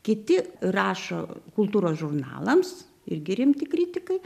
kiti rašo kultūros žurnalams irgi rimti kritikai